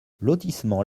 lotissement